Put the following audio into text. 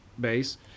base